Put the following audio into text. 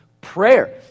prayer